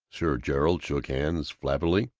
sir gerald shook hands flabbily.